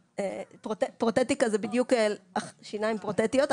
פרותטיקה זה בדיוק שיניים פרותטיות,